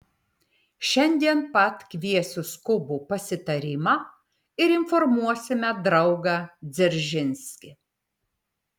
šiandien pat kviesiu skubų pasitarimą ir informuosime draugą dzeržinskį